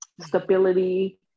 Stability